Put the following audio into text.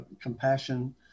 compassion